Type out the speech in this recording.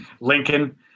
Lincoln